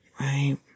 right